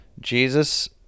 jesus